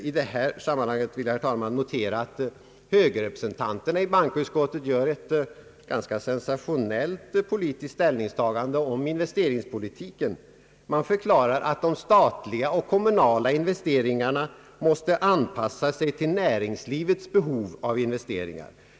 I detta sammanhang vill jag, herr talman, konstatera, ati högerrepresentanterna i bankoutskottet gör ett ganska sensationellt politiskt ställningstagande om investeringspolitiken genom att för klara, att de statliga och kommunala investeringarna måste anpassa sig till näringslivets behov av investeringar.